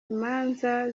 imanza